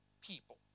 people